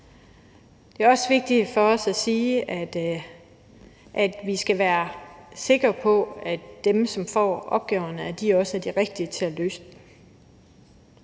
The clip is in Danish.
Det er også vigtigt for os at sige, at vi skal være sikre på, at dem, som får opgaverne, også er de rigtige til at løse dem.